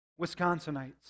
Wisconsinites